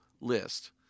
list